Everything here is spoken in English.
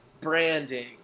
Branding